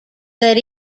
that